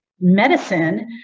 medicine